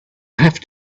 have